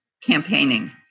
campaigning